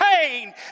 pain